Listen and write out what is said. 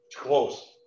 close